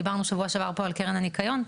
דיברנו שבוע שעבר פה על קרן הניקיון,